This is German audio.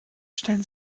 stellen